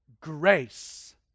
grace